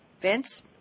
Vince